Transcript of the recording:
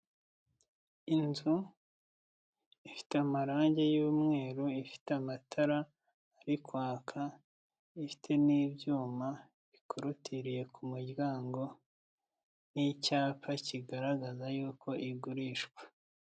Inzu ifite amarange y'umweru ifite amatara ari kwaka, ifite n'ibyuma bikorotiriye ku muryango n'icyapa kigaragaza yuko igurishwa.